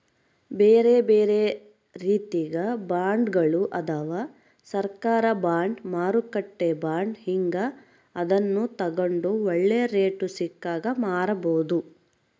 ಬೇರೆಬೇರೆ ರೀತಿಗ ಬಾಂಡ್ಗಳು ಅದವ, ಸರ್ಕಾರ ಬಾಂಡ್, ಮಾರುಕಟ್ಟೆ ಬಾಂಡ್ ಹೀಂಗ, ಅದನ್ನು ತಗಂಡು ಒಳ್ಳೆ ರೇಟು ಸಿಕ್ಕಾಗ ಮಾರಬೋದು